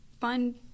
find